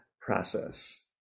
process